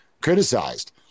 criticized